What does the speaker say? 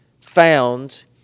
found